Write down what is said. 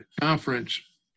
conference